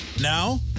Now